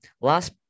Last